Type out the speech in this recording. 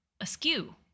askew